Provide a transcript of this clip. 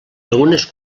algunes